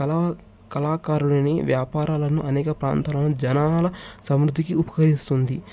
కళా కళాకారుడుని వ్యాపారాలను అనేక ప్రాంతాలను జనాల సంవృద్ధికి ఉపకరిస్తుంది